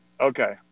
okay